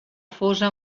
fosa